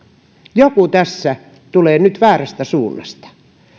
joku tässä tulee nyt väärästä suunnasta